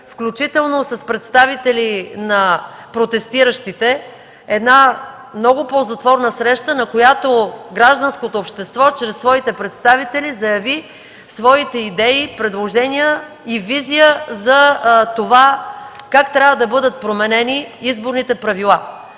включително с представители на протестиращите – една много ползотворна среща, на която гражданското общество чрез своите представители заяви своите идеи, предложения и визия за това как трябва да бъдат променени изборните правила.